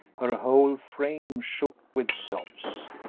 her whole frame shook with sobs.